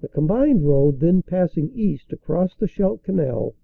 the combined road then passing east across the scheidt canal